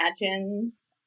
imagines